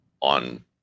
on